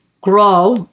grow